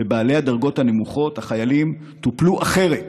ובעלי הדרגות הנמוכות, החיילים, טופלו אחרת.